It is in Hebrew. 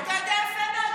אתה יודע יפה מאוד מה היה.